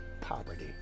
poverty